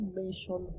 mention